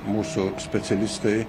mūsų specialistai